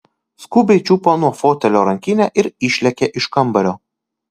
skubiai čiupo nuo fotelio rankinę ir išlėkė iš kambario